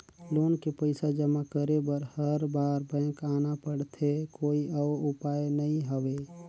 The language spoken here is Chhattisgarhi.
लोन के पईसा जमा करे बर हर बार बैंक आना पड़थे कोई अउ उपाय नइ हवय?